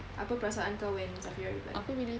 apa perassan kau when safirah replied